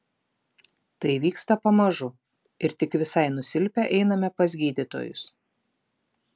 tai vyksta pamažu ir tik visai nusilpę einame pas gydytojus